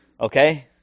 Okay